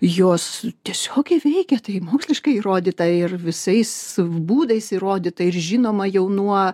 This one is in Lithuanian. jos tiesiogiai įveikia tai moksliškai įrodyta ir visais būdais įrodyta ir žinoma jau nuo